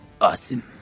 Awesome